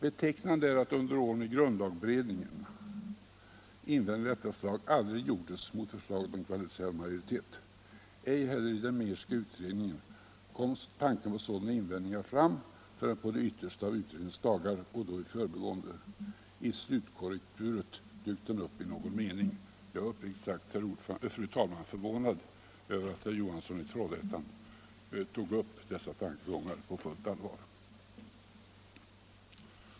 Betecknande är att under åren i grundlagberedningen invändningar av detta slag aldrig gjordes mot förslaget om kvalificerad majoritet, och inte heller i den Mehrska utredningen fördes tanken på sådana invändningar fram förrän på de yttersta av utredningens dagar och då endast i förbigående. I slutkorrekturet dök den tanken upp i någon mening. Jag är uppriktigt sagt förvånad över att herr Johansson i Trollhättan tog upp dessa tankegångar på fullt allvar.